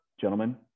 gentlemen